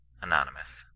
Anonymous